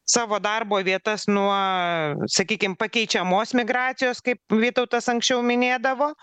savo darbo vietas nuo sakykim pakeičiamos migracijos kaip vytautas anksčiau minėdavo